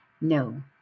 No